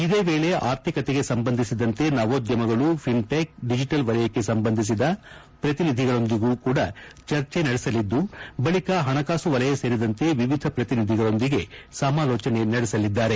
ಇದೇ ವೇಳೆ ಆರ್ಥಿಕತೆಗೆ ಸಂಬಂಧಿಸಿದಂತೆ ನವೋದ್ಯಮಗಳು ಫಿನ್ಟೆಕ್ ಡಿಜಿಟಲ್ ವಲಯಕ್ಕೆ ಸಂಬಂಧಿಸಿದ ಪ್ರತಿನಿಧಿಗಳೊಂದಿಗೂ ಚರ್ಚೆ ನಡೆಸಲಿದ್ದು ಬಳಿಕ ಹಣಕಾಸು ವಲಯ ಸೇರಿದಂತೆ ವಿವಿಧ ಪ್ರತಿನಿಧಿಗಳೊಂದಿಗೆ ಸಮಾಲೋಚನೆ ನಡೆಸಲಿದ್ದಾರೆ